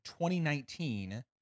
2019